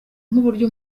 nk’uburyo